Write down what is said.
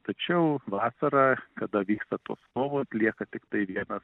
tačiau vasarą kada vyksta tos kovos lieka tiktai vienas